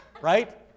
Right